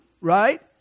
right